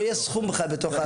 אם בתקצוב שאנחנו מייעדים לדבר,